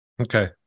okay